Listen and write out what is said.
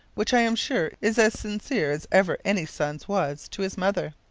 which i'm sure is as sincere as ever any son's was to his mother.